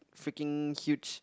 freaking huge